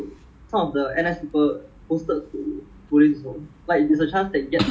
their military police are very very different from err err Singapore Singapore police force